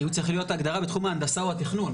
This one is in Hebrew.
אם הוא צריך להיות תחת ההגדרה בתחום ההנדסה או התכנון.